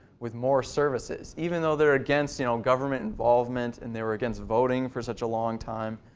with more services. even though they're against you know government involvement and they were against voting for such a long time.